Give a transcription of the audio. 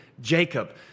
Jacob